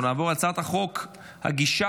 אני קובע כי הצעת חוק התקשורת (בזק ושידורים)